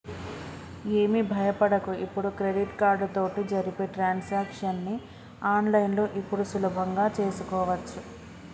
ఏమి భయపడకు ఇప్పుడు క్రెడిట్ కార్డు తోటి జరిపే ట్రాన్సాక్షన్స్ ని ఆన్లైన్లో ఇప్పుడు సులభంగా చేసుకోవచ్చు